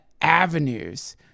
avenues